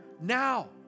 now